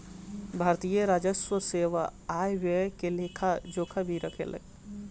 भारतीय राजस्व सेवा आय व्यय के लेखा जोखा भी राखेले